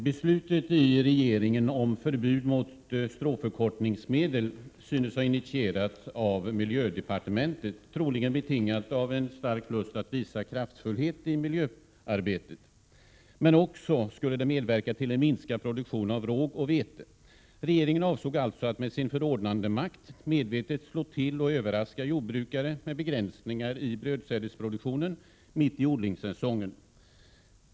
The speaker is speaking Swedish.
Fru talman! Regeringens beslut om förbud om stråförkortningsmedel synes ha initierats av miljödepartementet, troligen betingat av en stark lust att visa kraftfullhet i miljöarbetet. Men det skulle också ha medverkat till en minskning av produktionen av råg och vete. Regeringen avsåg alltså att med sin förordnandemakt medvetet slå till och överraska jordbrukare mitt i odlingssäsongen med begränsningar i brödsädesproduktionen.